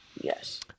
yes